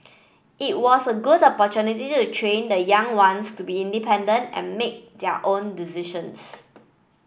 it was a good opportunity to train the young ones to be independent and make their own decisions